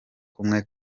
kumwe